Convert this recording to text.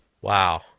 wow